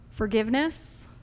Forgiveness